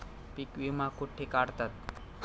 पीक विमा कुठे काढतात?